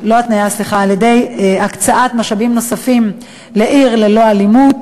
על-ידי הקצאת משאבים נוספים ל"עיר ללא אלימות"